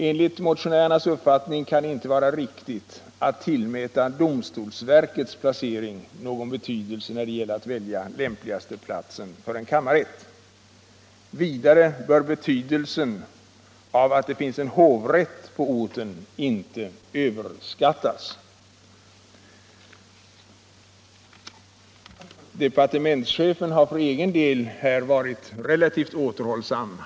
Enligt motionärernas uppfattning kan det inte vara riktigt att tillmäta domstolsverkets placering någon betydelse när det gäller att välja lämpligaste platsen för en ny kammarrätt. Vidare bör betydelsen av att det finns en hovrätt på orten inte överskattas. Departementschefen har på denna punkt varit relativt återhållsam.